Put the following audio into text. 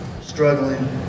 struggling